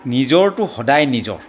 নিজৰটো সদায় নিজৰ